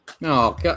No